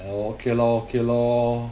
oh okay lor okay lor